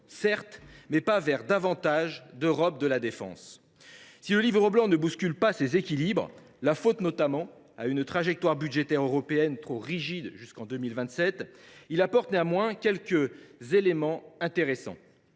certes, mais pas vers davantage d’Europe de la défense. Si le livre blanc ne bouscule pas ces équilibres, en raison d’une trajectoire budgétaire européenne trop rigide jusqu’en 2027, il apporte quelques éléments intéressants.